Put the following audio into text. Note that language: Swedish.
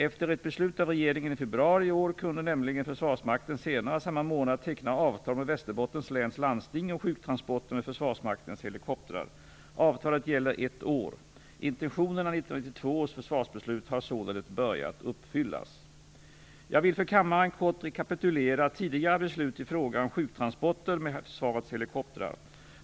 Efter ett beslut av regeringen i februari i år kunde nämligen Försvarsmakten senare samma månad teckna avtal med Västerbottens läns landsting om sjuktransporter med Försvarsmaktens helikoptrar. Avtalet gäller ett år. Intentionerna i 1992 års försvarsbeslut har således börjat uppfyllas. Jag vill för kammaren kort rekapitulera tidigare beslut i fråga om sjuktransporter med försvarets helikoptrar.